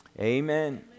amen